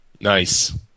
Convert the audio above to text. Nice